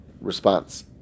response